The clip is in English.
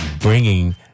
bringing